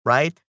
right